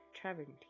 Travertine